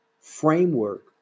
framework